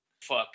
fuck